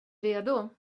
redo